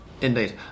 Indeed